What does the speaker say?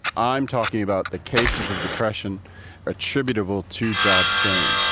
i'm talking about the cases of depression attributable to job strain.